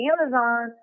Amazon